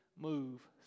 Move